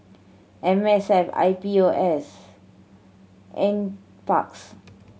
M S F I P O S Nparks